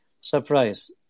surprise